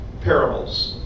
Parables